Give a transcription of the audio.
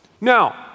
Now